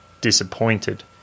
disappointed